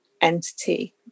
entity